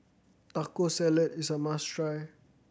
Taco Salad is a must try